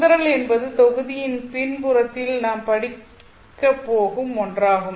சிதறல் என்பது தொகுதியின் பிற்பகுதியில் நாம் படிக்கப் போகும் ஒன்றாகும்